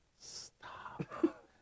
Stop